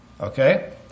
Okay